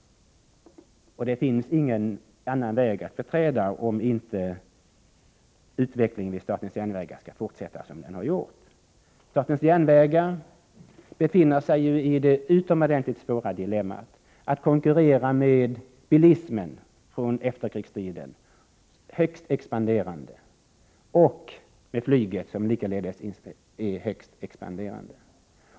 Det finns ingen annan väg att beträda, om man inte vill att utvecklingen vid statens järnvägar skall fortsätta som hittills. Statens järnvägar befinner sig i det utomordentligt svåra dilemmat att under hela efterkrigstiden ha fått konkurrera med den expanderande bilismen och med det likaså expanderande flyget.